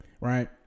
Right